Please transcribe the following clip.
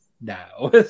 Now